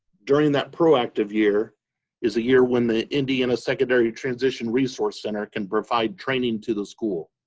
during that proactive year is a year when the indiana secondary transition resource center can provide training to the school.